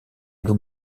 loup